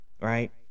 right